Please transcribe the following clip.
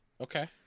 Okay